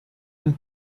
and